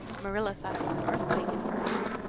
marilla thought it was an earthquake at first.